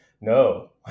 No